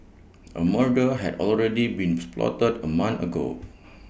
A murder had already beans plotted A month ago